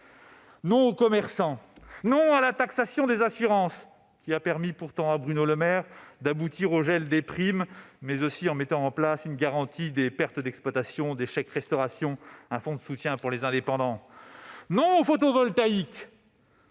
Non aux commerçants. Non à la taxation des assurances, qui a pourtant permis à Bruno Le Maire d'aboutir au gel des primes. Non encore à une garantie des pertes d'exploitation, aux chèques restauration, à un fonds de soutien pour les indépendants. Non au photovoltaïque,